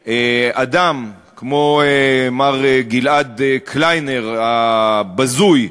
עוצרים אדם כמו מר גלעד קליינר הבזוי,